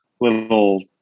little